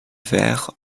vert